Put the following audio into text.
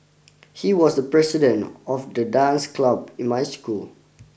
he was the president of the dance club in my school